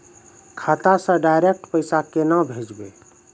खाता से डायरेक्ट पैसा केना भेजबै?